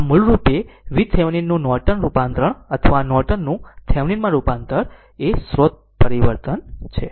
આમ મૂળરૂપે થેવેનિન નું નોર્ટન રૂપાંતરણ અથવા નોર્ટન નું થેવેનિન માં રૂપાંતર સ્ત્રોત પરિવર્તન છે